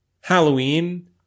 Halloween